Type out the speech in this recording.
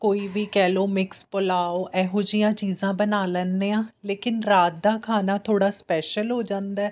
ਕੋਈ ਵੀ ਕਹਿ ਲਓ ਮਿਕਸ ਪੁਲਾਓ ਇਹੋ ਜਿਹੀਆਂ ਚੀਜ਼ਾਂ ਬਣਾ ਲੈਂਦੇ ਹਾਂ ਲੇਕਿਨ ਰਾਤ ਦਾ ਖਾਣਾ ਥੋੜ੍ਹਾ ਸਪੈਸ਼ਲ ਹੋ ਜਾਂਦਾ